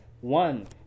one